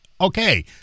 Okay